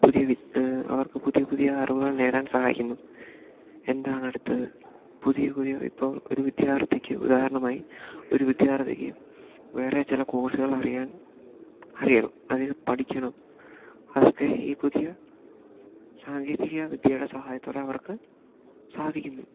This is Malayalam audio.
പുതിയ അവർക്ക് പുതിയ പുതിയ അറിവുകൾ നേടാൻ സഹായിക്കുന്നു എന്താണ് അടുത്തത് പുതിയ പുതിയ ഇപ്പോൾ ഒരു വിദ്യാർത്ഥിക്ക് ഉദാഹരണമായി ഒരു വിദ്യാർത്ഥിക്ക് വേറെ ചില കോഴ്സുകൾ അറിയാൻ അറിയണം അതിൽ പഠിക്കണം അതൊക്കെ ഈ പുതിയ സാങ്കേതികവിദ്യയുടെ സഹായത്തോടെ അവർക്ക് സാധിക്കുന്നു